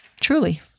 Truly